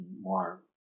more